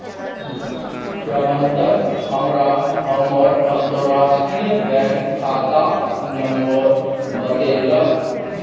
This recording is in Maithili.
प्रबंधक हमरा हमर अंतरराष्ट्रीय बैंक खाताक नंबर बतेलक